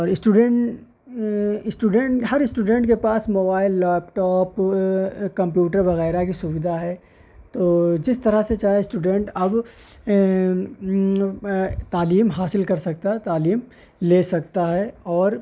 student student ہر student کے پاس موبائل لیپ ٹاپ کمپیوٹر وغیرہ کی سوویدھا ہے تو جس طرح سے چاہے اسٹوڈینٹ اب تعلیم حاصل کر سکتا ہے تعلیم لے سکتا ہے اور